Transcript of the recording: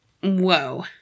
Whoa